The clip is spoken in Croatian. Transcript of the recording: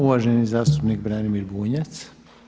Uvaženi zastupnik Branimir Bunjac.